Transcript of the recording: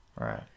right